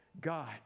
God